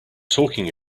talking